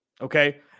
Okay